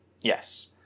yes